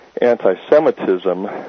anti-Semitism